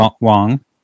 Wong